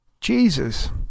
Jesus